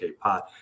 pot